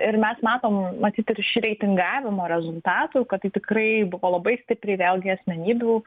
ir mes matom matyt ir išreitingavimo rezultatų kad tai tikrai buvo labai stipriai vėlgi asmenybių